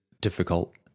difficult